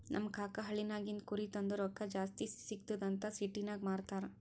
ನಮ್ ಕಾಕಾ ಹಳ್ಳಿನಾಗಿಂದ್ ಕುರಿ ತಂದು ರೊಕ್ಕಾ ಜಾಸ್ತಿ ಸಿಗ್ತುದ್ ಅಂತ್ ಸಿಟಿನಾಗ್ ಮಾರ್ತಾರ್